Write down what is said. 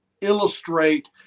illustrate